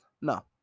No